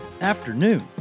afternoon